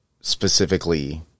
specifically